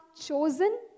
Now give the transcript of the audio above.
chosen